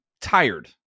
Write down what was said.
tired